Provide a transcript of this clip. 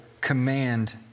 command